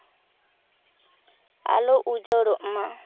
ᱟᱞᱚ ᱩᱡᱟᱹᱲᱚᱜ ᱢᱟ